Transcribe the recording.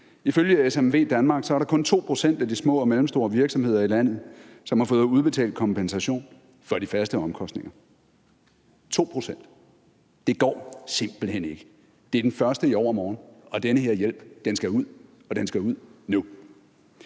Ifølge SMV Danmark er der kun 2 pct. af de små og mellemstore virksomheder i landet, som har fået udbetalt kompensation for de faste omkostninger – 2 pct. – det går simpelt hen ikke. Det er den første i overmorgen, og den her hjælp skal ud, og den skal ud nu.